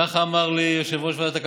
ככה אמר לי יושב-ראש ועדת הכלכלה.